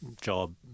job